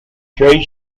trade